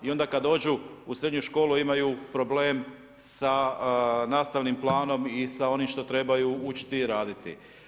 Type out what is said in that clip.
I onda kada dođu u srednju školu imaju problem sa nastavnim planom i sa onim što trebaju učiti i raditi.